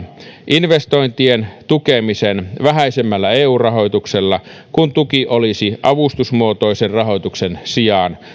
investointien tukemisen vähäisemmällä eu rahoituksella kun tuki olisi avustusmuotoisen rahoituksen sijaan